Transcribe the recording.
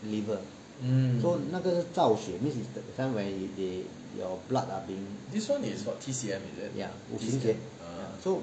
liver so 那个是造血 is the time where they your blood ah being ya 五行血